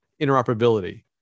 interoperability